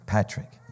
Patrick